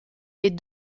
est